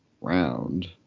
round